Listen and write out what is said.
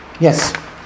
Yes